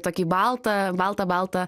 tokį baltą baltą baltą